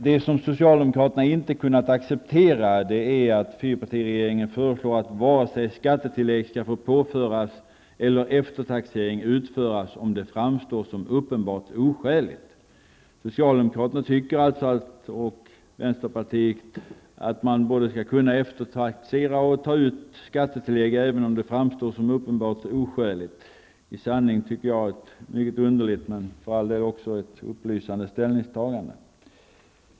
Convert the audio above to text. Det som socialdemokraterna inte har kunnat acceptera är att fyrpartiregeringen föreslår att skattetillägg inte skall få påföras och att eftertaxering inte skall få utföras om det framstår som uppenbart oskäligt. Socialdemokraterna och vänsterpartiet tycker alltså att man både skall kunna eftertaxera och ta ut skattetillägg, även om det framstår som uppenbart oskäligt. Det är i sanning ett mycket underligt men för all del också ett upplysande ställningstagande.